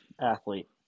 athlete